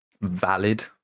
valid